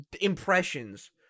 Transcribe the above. impressions